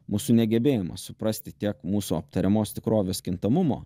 mūsų negebėjimas suprasti tiek mūsų aptariamos tikrovės kintamumo